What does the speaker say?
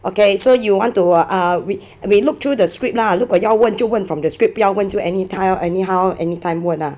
okay so you want to err we we look through the script lah 如果要问就问 from the script 不要问就 anytime anyhow anytime 问 ah